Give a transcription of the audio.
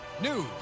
news